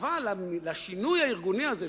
אבל לשינוי הארגוני הזה,